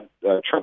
Trump